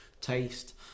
taste